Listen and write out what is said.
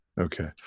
Okay